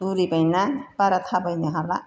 बुरैबायना बारा थाबायनो हाला